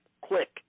Quick